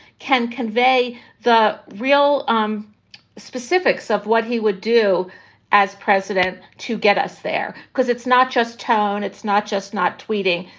can convey the real um specifics of what he would do as president to get us there. because it's not just tone, it's not just not tweeting.